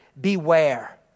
beware